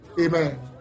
Amen